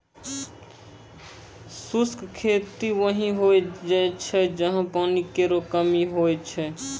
शुष्क खेती वहीं होय छै जहां पानी केरो कमी होय छै